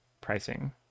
pricing